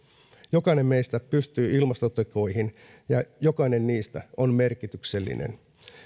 jokainen meistä pystyy ilmastotekoihin ja jokainen niistä on merkityksellinen